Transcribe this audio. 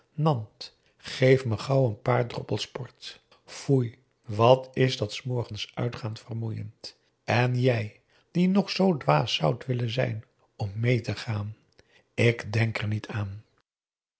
nant geef me gauw een paar droppels port foei wat is dat s morgens uitgaan vermoeiend en jij die nog zoo dwaas zoudt willen zijn om mee te gaan ik denk er niet aan